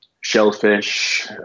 shellfish